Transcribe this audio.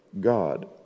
God